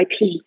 ip